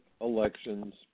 elections